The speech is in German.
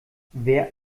wer